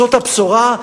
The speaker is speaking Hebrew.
זאת הבשורה,